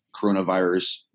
coronavirus